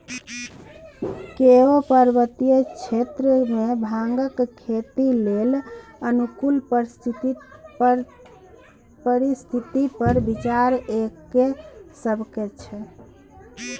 केओ पर्वतीय क्षेत्र मे भांगक खेती लेल अनुकूल परिस्थिति पर विचार कए सकै छै